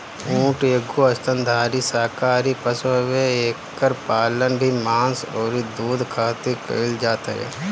ऊँट एगो स्तनधारी शाकाहारी पशु हवे एकर पालन भी मांस अउरी दूध खारित कईल जात हवे